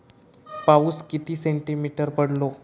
पाऊस किती सेंटीमीटर पडलो?